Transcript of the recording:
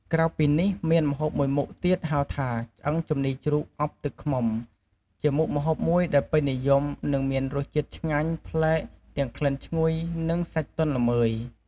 ក្រៅពីនេះមានម្ហូបមួយមុខទៀតហៅថា ឆ្អឹងជំនីជ្រូកអប់ទឹកឃ្មុំ ជាមុខម្ហូបមួយដែលពេញនិយមនិងមានរសជាតិឆ្ងាញ់ប្លែក ទាំងក្លិនឈ្ងុយ ទាំងសាច់ទន់ល្មើយ។